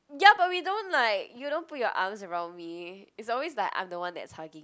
ya but we don't like you don't put your arms around me is always like I'm the one that is hugging